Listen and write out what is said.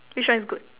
which one is good